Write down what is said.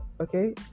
okay